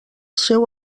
seu